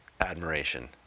admiration